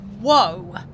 Whoa